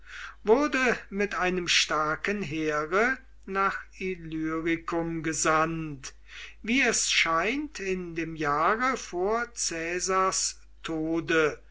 wurde mit einem starken heere nach illyricum gesandt wie es scheint in dem jahre vor caesars tode